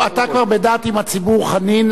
אתה כבר בדעת הציבור חַנין,